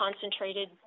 concentrated